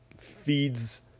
feeds